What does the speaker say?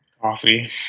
Coffee